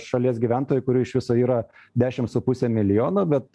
šalies gyventojų kurių iš viso yra dešimt su puse milijono bet